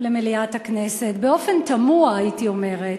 למליאת הכנסת, באופן תמוה, הייתי אומרת,